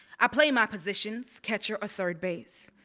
i play my positions, catcher, or third base.